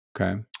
Okay